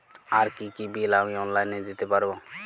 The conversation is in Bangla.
আর কি কি বিল আমি অনলাইনে দিতে পারবো?